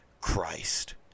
Christ